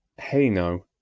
hainault,